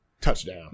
Touchdown